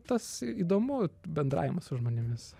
tas įdomu bendravimas su žmonėmis